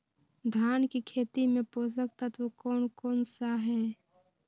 धान की खेती में पोषक तत्व कौन कौन सा है?